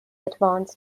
advanced